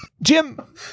Jim